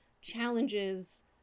challenges